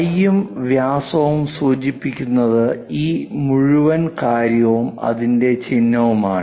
ഫൈയും വ്യാസവും സൂചിപ്പിക്കുന്നത് ഈ മുഴുവൻ കാര്യവും അതിന്റെ ചിഹ്നവുമാണ്